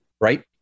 right